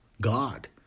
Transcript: God